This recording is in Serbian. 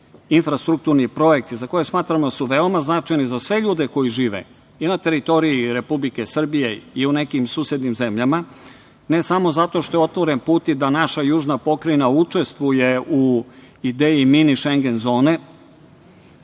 infrastrukturni projekti za koje smatramo da su veoma značajni za sve ljude koji žive i na teritoriji Republike Srbije i u nekim susednim zemljama, ne samo zato što je otvoren put i da naša južna pokrajina učestvuje u ideji „mini Šengen“ zone,